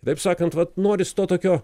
taip sakant vat noris to tokio